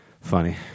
funny